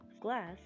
glass